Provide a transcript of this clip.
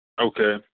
Okay